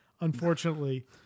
unfortunately